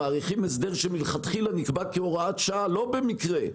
מאריכים הסדר שמלכתחילה נקבע כהוראת שעה לא במקרה,